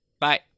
Bye